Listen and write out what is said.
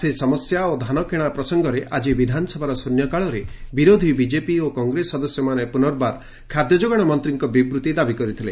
ଚାଷୀ ସମସ୍ୟା ଓ ଧାନକିଶା ପ୍ରସଙ୍ଗରେ ଆକି ବିଧାନସଭାର ଶ୍ରନ୍ୟକାଳରେ ବିରୋଧୀ ବିଜେପି ଓ କଂଗ୍ରେସ ସଦସ୍ୟମାନେ ପୁନର୍ବାର ଖାଦ୍ୟଯୋଗାଣ ମନ୍ତୀଙ୍କ ବିବୂତ୍ତି ଦାବି କରିଥିଲେ